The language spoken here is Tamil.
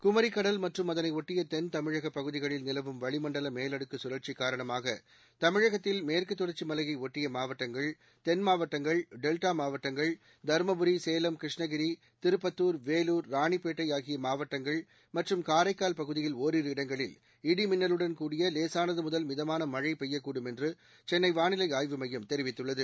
குமரிக்கடல் அதனைஒட்டியதென் பகுதிகளில் நிலவும் தமிழகம் மற்றும் வளிமண்டலமேலடுக்குழற்சிகாரணமாகதமிழகத்தில் மேற்குதொடர்ச்சிமலையைஒட்டியமாவட்டங்கள் தென் மாவட்டங்கள் டெல்டாமாவட்டங்கள் தருமபுரி சேலம் கிருஷ்ணகிரி திருப்பத்துார் வேலார் ராணிப்பேட்டைஆகியமாவட்டங்கள் மற்றும் காரைக்கால் பகுதியில் ஒரிரு இடங்களில் இடிமின்னலுடன் கூடிய லேசானதுமுதல் மிதமானமழைபெய்யக்கூடும் என்றுசென்னைவாளிலைஆய்வு மையம் தெரிவித்துள்ளது